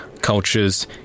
cultures